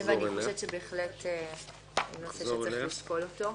חושבת שבהחלט צריך לשקול אותה.